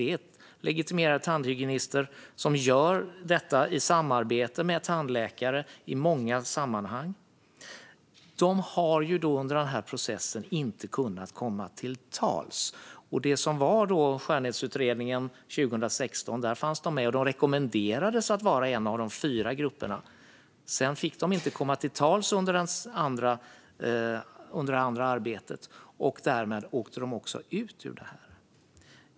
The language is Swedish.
Det är legitimerade tandhygienister som gör detta i samarbete med tandläkare. De har inte kommit till tals i processen. I Skönhetsutredningen från 2016 fanns tandhygienisterna med, och de rekommenderades som en av de fyra grupperna. Sedan fick de inte komma till tals under det övriga arbetet, och därmed åkte de ut ur utredningen.